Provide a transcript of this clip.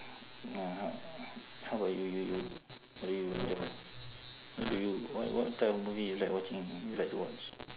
ya how about you you you what do you enjoy who do you what what type of movie you like watching you like to watch